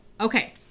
Okay